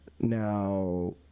now